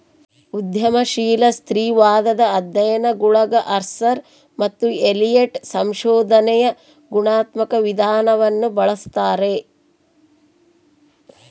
ಉದ್ಯಮಶೀಲ ಸ್ತ್ರೀವಾದದ ಅಧ್ಯಯನಗುಳಗಆರ್ಸರ್ ಮತ್ತು ಎಲಿಯಟ್ ಸಂಶೋಧನೆಯ ಗುಣಾತ್ಮಕ ವಿಧಾನವನ್ನು ಬಳಸ್ತಾರೆ